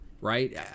Right